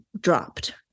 dropped